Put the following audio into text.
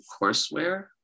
courseware